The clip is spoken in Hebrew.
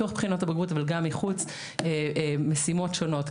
בתוך בחינות הבגרות אבל גם מחוץ משימות שונות,